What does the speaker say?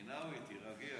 רינאוי, תירגעי.